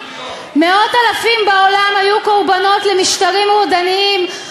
מאות אלפים בעולם היו קורבנות למשטרים רודניים,